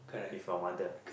with your mother